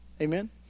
Amen